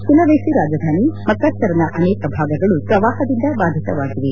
Sulawesi ರಾಜಧಾನಿ ಮಕಸ್ಪರ್ನ ಅನೇಕ ಭಾಗಗಳು ಪ್ರವಾಹದಿಂದ ಬಾಧಿತವಾಗಿವೆ